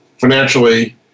financially